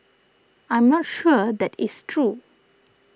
I'm not sure that is true